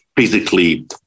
Physically